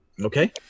Okay